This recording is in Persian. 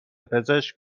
پزشک